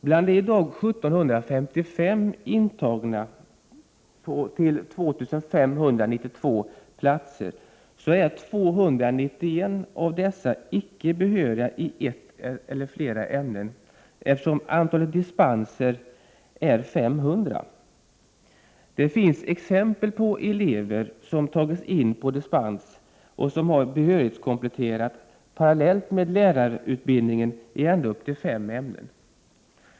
Bland de i dag 1 755 intagna till de 2 592 platserna är 291 av de intagna icke behöriga i ett eller flera ämnen, eftersom antalet dispenser är 500. Det finns exempel på elever som tagits in på dispens och som har behörighetskompletterat parallellt med lärarutbildningen i ända upp till fem ämnen.